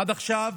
עד עכשיו